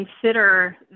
consider